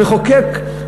המחוקק,